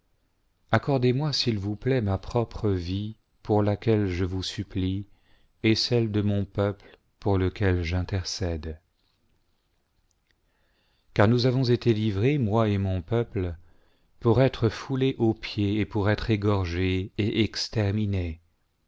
accordez-moi s'il vous plaît ma propre vie pour laquelle je vous supplie et celle de mon peuple pour lequel j intercède car nous avons été livrés moi et mon peuple pour être foulés aux pieds pour être égorgés et exterminés